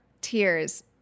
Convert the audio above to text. tears